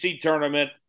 tournament